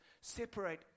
separate